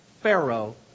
Pharaoh